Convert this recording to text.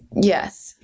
yes